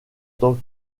tant